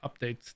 updates